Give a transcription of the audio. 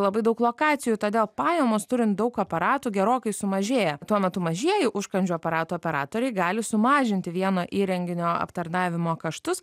labai daug lokacijų todėl pajamos turint daug aparatų gerokai sumažėja tuo metu mažieji užkandžių aparatų operatoriai gali sumažinti vieno įrenginio aptarnavimo kaštus